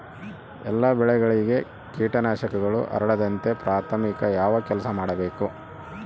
ಎಲ್ಲ ಬೆಳೆಗಳಿಗೆ ಕೇಟನಾಶಕಗಳು ಹರಡದಂತೆ ಪ್ರಾಥಮಿಕ ಯಾವ ಕೆಲಸ ಮಾಡಬೇಕು?